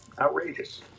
outrageous